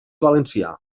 valencià